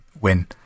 win